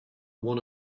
one